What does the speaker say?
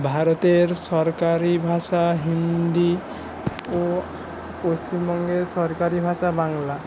ভারতের সরকারি ভাষা হিন্দি ও পশ্চিমবঙ্গে সরকারি ভাষা বাংলা